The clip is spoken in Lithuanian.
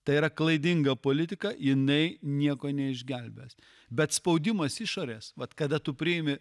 tai yra klaidinga politika jinai nieko neišgelbės bet spaudimas išorės vat kada tu priimi